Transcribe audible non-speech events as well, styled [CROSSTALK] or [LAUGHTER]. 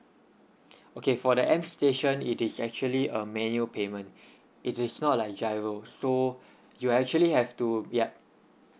[BREATH] okay for the M station it is actually a manual payment [BREATH] it is not like GIRO so [BREATH] you actually have to yup